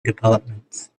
developments